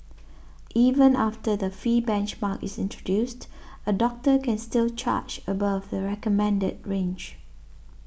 even after the fee benchmark is introduced a doctor can still charge above the recommended range